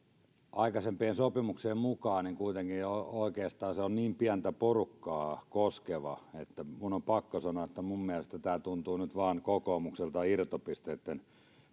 aikaisempien sopimuksien mukaan on oikeastaan niin pientä porukkaa koskeva että minun on pakko sanoa että minun mielestäni tämä tuntuu nyt vain kokoomukselta irtopisteitten